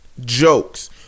Jokes